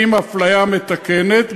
עם אפליה מתקנת,